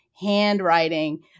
handwriting